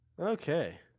Okay